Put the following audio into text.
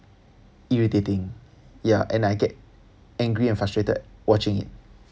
irritating ya and I get angry and frustrated watching it